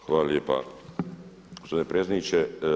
Hvala lijepa gospodine predsjedniče.